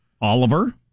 Oliver